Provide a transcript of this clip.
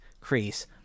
Crease